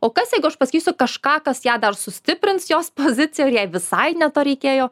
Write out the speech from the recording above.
o kas jeigu aš pasakysiu kažką kas ją dar sustiprins jos poziciją ir jei visai ne to reikėjo